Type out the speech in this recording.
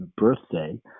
birthday